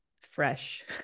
fresh